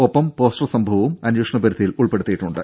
ഒപ്പം പോസ്റ്റർ സംഭവവും അന്വേഷണ പരിധിയിൽ ഉൾപ്പെടുത്തിയിട്ടുണ്ട്